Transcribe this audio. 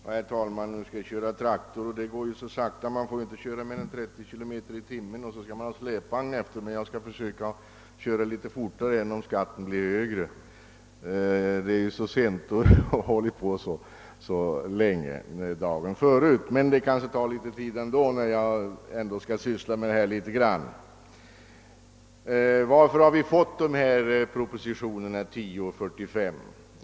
Herr talman! Nu skall vi köra traktor, och det går ju sakta; man får inte köra mer än 30 kilometer i timmen och så skall man ha släpvagn efter sig. Jag skall emellertid försöka köra litet fortare, även om skatten blir högre — det är så sent och vi höll på så länge i går. Men det kanske ändå tar litet tid eftersom jag måste syssla litet grand med de frågor det gäller. Varför har vi fått dessa propositioner nr 10 och 45?